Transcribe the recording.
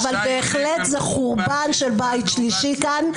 אבל בהחלט זה חורבן של בית שלישי כאן.